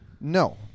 No